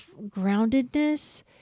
groundedness